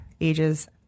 ages